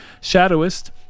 shadowist